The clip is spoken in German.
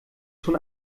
schon